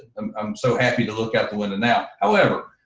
i'm so happy to look out the window now, however,